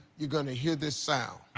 you're gonna hear this sound.